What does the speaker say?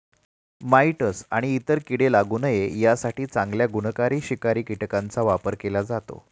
mites आणि इतर कीडे लागू नये यासाठी चांगल्या गुणकारी शिकारी कीटकांचा वापर केला जातो